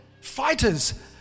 fighters